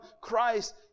Christ